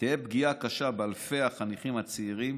תהיה פגיעה קשה באלפי החניכים והצעירים